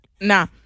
Nah